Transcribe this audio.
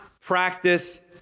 practice